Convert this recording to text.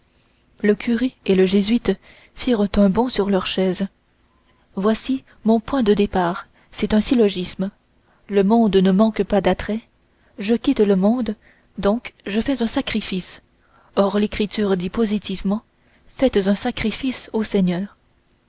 le curé et le jésuite firent un bond sur leur chaise voici mon point de départ c'est un syllogisme le monde ne manque pas d'attraits je quitte le monde donc je fais un sacrifice or l'écriture dit positivement faites un sacrifice au seigneur